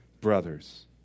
brothers